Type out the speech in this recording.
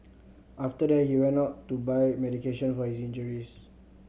after that he went out to buy medication for his injuries